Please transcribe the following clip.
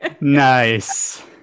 Nice